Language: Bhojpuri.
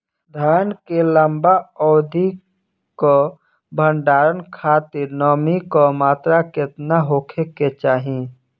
धान के लंबा अवधि क भंडारण खातिर नमी क मात्रा केतना होके के चाही?